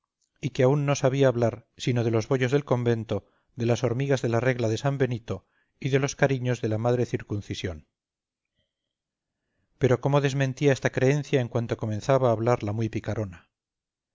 y que aún no sabía hablar sino de los bollos del convento de las hormigas de la regla de san benito y de los cariños de la madre circuncisión pero cómo desmentía esta creencia en cuanto comenzaba a hablar la muy picarona